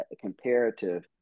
comparative